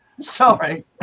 Sorry